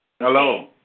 Hello